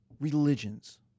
religions